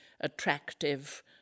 attractive